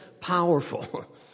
powerful